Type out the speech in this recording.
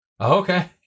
Okay